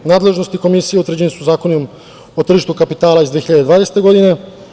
Nadležnosti Komisije utvrđeni su Zakonom o tržištu kapitala iz 2020. godine.